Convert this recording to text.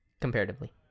comparatively